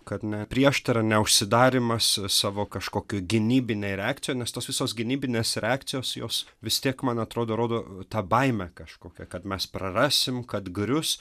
kad ne prieštara neužsidarymas savo kažkokioj gynybinėj reakcijoj nes tos visos gynybinės reakcijos jos vis tiek man atrodo rodo tą baimę kažkokią kad mes prarasim kad grius